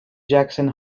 jackson